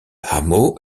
hameau